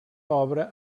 obra